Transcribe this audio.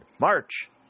march